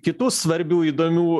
kitų svarbių įdomių